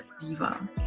Diva